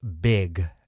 big